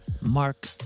Mark